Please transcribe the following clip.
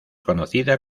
conocida